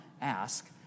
ask